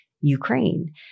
Ukraine